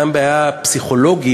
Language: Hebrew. גם בעיה פסיכולוגית,